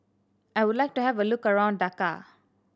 I would like to have a look around Dhaka